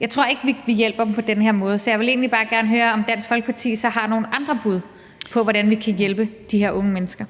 Jeg tror ikke, vi hjælper dem på den her måde. Så jeg vil egentlig bare gerne høre, om Dansk Folkeparti så har nogle andre bud på, hvordan vi kan hjælpe de her unge mennesker.